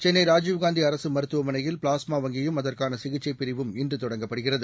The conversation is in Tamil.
சென்னை ராஜீவ்காந்தி அரசு மருத்துவமனையில் ப்ளாஸ்மா வங்கியும் அதற்கான சிகிச்சை பிரிவும் இன்று தொடங்கப்படுகிறது